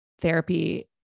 therapy